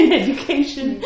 education